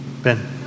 Ben